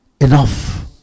Enough